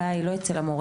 הבעיה היא לא אצל המורים,